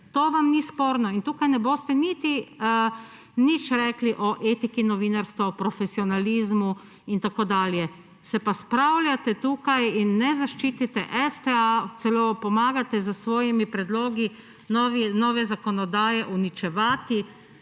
To vam ni sporno in tukaj ne boste nič rekli o etiki novinarstva, o profesionalizmu in tako dalje. Se pa spravljate tukaj in ne zaščitite STA. Celo pomagate s svojimi predlogi nove zakonodaje uničevati